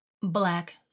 Black